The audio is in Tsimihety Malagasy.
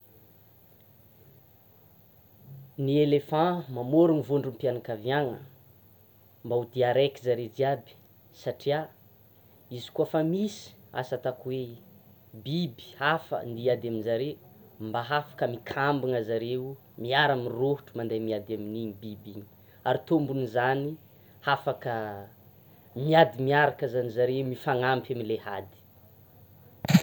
Ny éléphant mamôrona vondrom-pianakaviana mba ho dia araiky zare jiaby satria izy koa fa misy asa ataoko hoe: biby hafa andeha hiady aminjare, mba hafaka mikambana zareo, miara mirôhotra mandeha miady amin'iny biby iny; ary tombony zany hafaka miady miaraka zany zare, mifanampy amin'ilay ady.